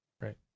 Right